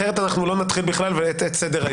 אחרת לא נתחיל בכלל את סדר-היום.